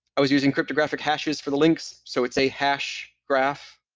i was using cryptographic hashes for the links, so it's a hash graph.